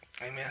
Amen